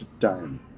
time